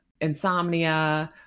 insomnia